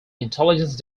intelligence